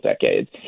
decades